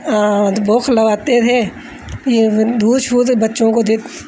खलादे थे दूध शूध बच्चों को